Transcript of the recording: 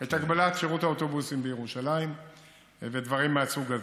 את הגבלת שירות האוטובוסים בירושלים ודברים מהסוג הזה,